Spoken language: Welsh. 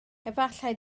efallai